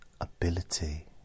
ability